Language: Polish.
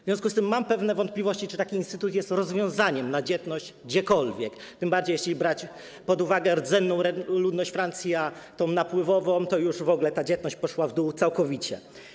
W związku z tym mam pewne wątpliwości, czy taki instytut jest rozwiązaniem w zakresie dzietności gdziekolwiek, tym bardziej że jeśli brać pod uwagę rdzenną ludność Francji i tę napływową, to już w ogóle ta dzietność poszła w dół całkowicie.